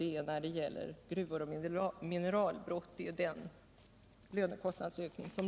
Det är den lönekostnadsökning man har fått inom gruvor och mineralbrott.